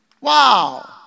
Wow